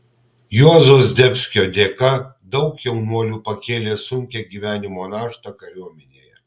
juozo zdebskio dėka daug jaunuolių pakėlė sunkią gyvenimo naštą kariuomenėje